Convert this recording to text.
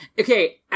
Okay